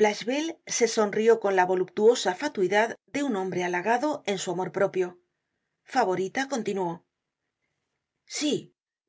blachevelle se sonrié con la voluptuosa fatuidad de un hombre halagado en su amor propio favorita continuó sí